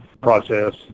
process